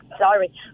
Sorry